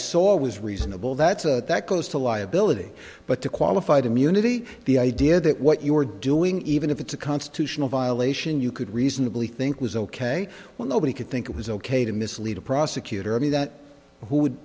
saw was reasonable that's a that goes to liability but to qualified immunity the idea that what you're doing even if it's a constitutional violation you could reasonably think was ok well nobody could think it was ok to mislead a prosecutor i mean that who would